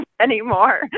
anymore